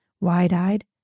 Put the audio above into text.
wide-eyed